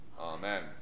Amen